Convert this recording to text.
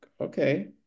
okay